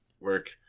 work